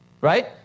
Right